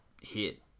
hit